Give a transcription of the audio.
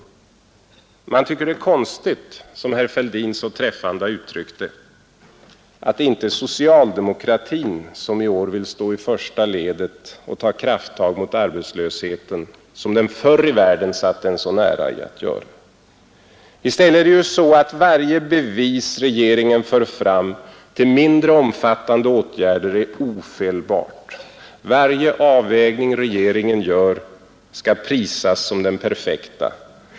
Man tycker det är konstigt — som herr Fälldin så träffande uttryckte det — att det inte är socialdemokratin som i år vill stå i första ledet och ta krafttag mot arbetslösheten som den förr i världen satte en sån ära i att göra. I stället är det ju så att varje bevis regeringen för fram till mindre omfattande åtgärder är ofelbart, varje avvägning regeringen gör skall prisas som den perfekta.